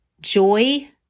joy